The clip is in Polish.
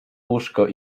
łóżko